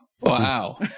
Wow